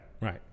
right